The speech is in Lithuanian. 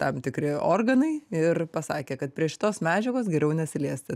tam tikri organai ir pasakė kad prie šitos medžiagos geriau nesiliesti